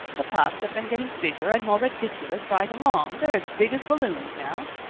the puffs have been getting bigger and more ridiculous right along they're as big as balloons now.